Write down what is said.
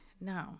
no